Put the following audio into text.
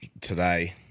today